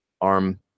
arm